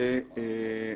היא: